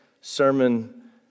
sermon